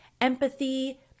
empathy